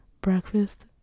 Breakfast